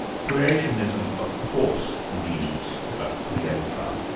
creationism of course needs a creator.